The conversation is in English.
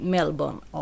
Melbourne